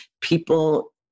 People